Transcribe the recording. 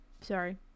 Sorry